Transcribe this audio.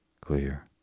clear